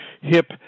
HIP